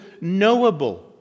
knowable